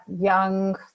young